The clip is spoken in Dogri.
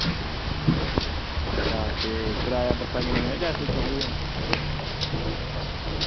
किराया बस्सा दी किन्ना जां तुसें देने